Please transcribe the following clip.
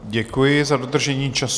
Děkuji za dodržení času.